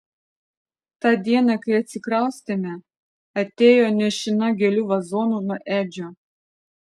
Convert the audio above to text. tą dieną kai atsikraustėme atėjo nešina gėlių vazonu nuo edžio